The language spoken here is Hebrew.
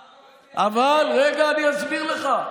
למה, רגע, אני אסביר לך.